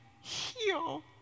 heal